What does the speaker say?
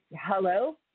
Hello